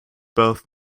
birth